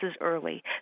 early